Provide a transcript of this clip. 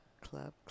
Club